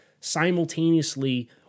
simultaneously